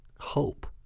hope